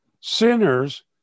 sinners